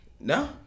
No